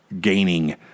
gaining